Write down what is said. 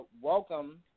welcome